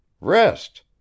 Rest